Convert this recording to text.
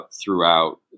throughout